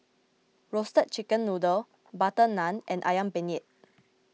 Roasted Chicken Noodle Butter Naan and Ayam Penyet